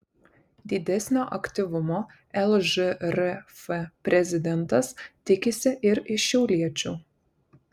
didesnio aktyvumo lžrf prezidentas tikisi ir iš šiauliečių